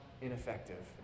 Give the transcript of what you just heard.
ineffective